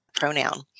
pronoun